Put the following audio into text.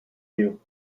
you